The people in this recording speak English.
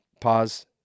Pause